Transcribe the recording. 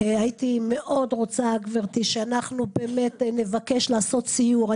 הייתי מאוד רוצה גברתי שאנחנו באמת נבקש לעשות סיור.